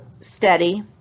steady